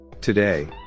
Today